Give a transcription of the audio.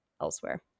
elsewhere